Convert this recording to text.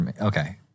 Okay